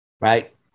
right